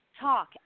talk